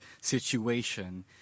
situation